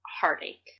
heartache